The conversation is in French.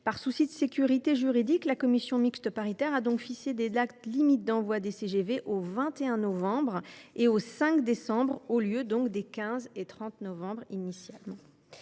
Par souci de sécurité juridique, la commission mixte paritaire a donc fixé les dates limites d’envoi des CGV au 21 novembre et au 5 décembre au lieu des 15 et 30 novembre, comme